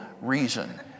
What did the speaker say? reason